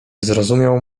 zrozumiał